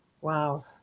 Wow